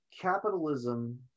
capitalism